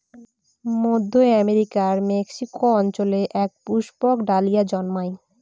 মধ্য আমেরিকার মেক্সিকো অঞ্চলে এক পুষ্পক ডালিয়া জন্মায়